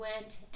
went